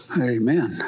Amen